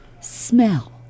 Smell